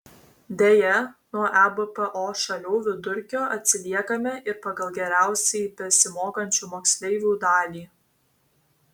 deja nuo ebpo šalių vidurkio atsiliekame ir pagal geriausiai besimokančių moksleivių dalį